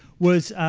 was